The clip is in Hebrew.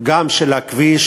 גם של הכביש,